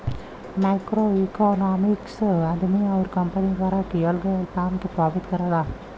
macroeconomics आदमी आउर company द्वारा किहल गयल काम के प्रभावित करला